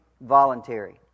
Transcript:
voluntary